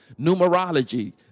Numerology